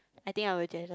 I think I will jealous